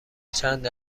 چند